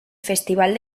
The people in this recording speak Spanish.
festival